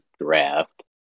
draft